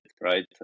right